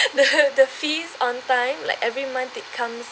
the the fees on time like every month it comes